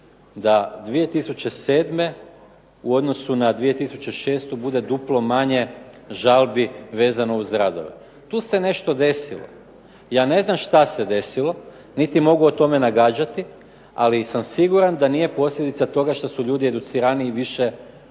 da 2007. u odnosu na 2006. bude duplo manje žalbi vezano uz radove. Tu se nešto desilo. Ja ne znam šta se desilo niti mogu o tome nagađati, ali sam siguran da nije posljedica toga što su ljudi educiraniji više o